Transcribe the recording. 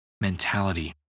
mentality